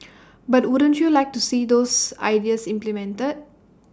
but wouldn't you like to see those ideas implemented